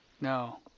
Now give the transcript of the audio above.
No